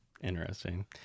Interesting